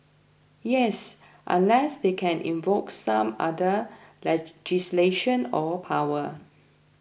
yes unless they can invoke some other legislation or power